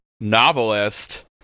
novelist